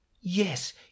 Yes